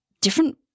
different